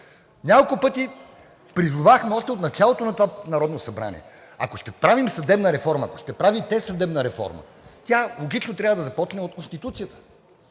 Няколко пъти призовахме още от началото на това Народно събрание: ако ще правим съдебна реформа – ако ще правите съдебна реформа, тя логично трябва да започне от Комисията.